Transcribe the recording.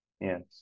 Yes